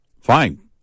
Fine